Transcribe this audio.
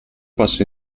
passo